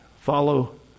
follow